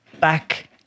back